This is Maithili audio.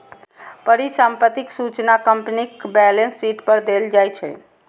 परिसंपत्तिक सूचना कंपनीक बैलेंस शीट पर देल जाइ छै